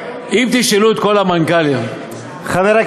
שאם תשאלו את כל המנכ"לים, אבל תמשיך, תמשיך.